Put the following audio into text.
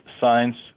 science